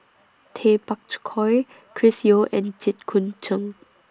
Tay Bak Koi Chris Yeo and Jit Koon Ch'ng